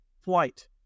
flight